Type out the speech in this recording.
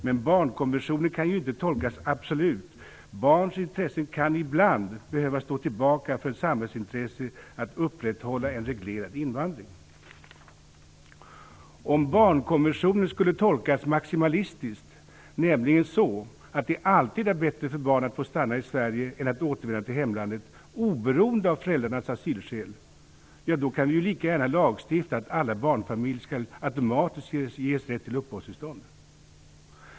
Men barnkonventionen kan ju inte tolkas absolut. Barns intressen kan ibland behöva stå tillbaka för ett samhällsintresse att upprätthålla en reglerad invandring. Om barnkonventionen skulle tolkas maximalistiskt, nämligen så att det alltid är bättre för barn att få stanna i Sverige än att återvända till hemlandet oberoende av föräldrarnas asylskäl, kan vi lika gärna lagstifta att alla barnfamiljer automatiskt skall ges rätt till uppehållstillstånd.